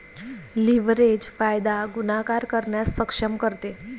leverage फायदा गुणाकार करण्यास सक्षम करते